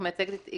את זה